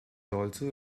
also